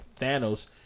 Thanos